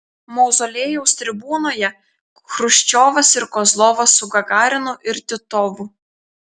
mauzoliejaus tribūnoje chruščiovas ir kozlovas su gagarinu ir titovu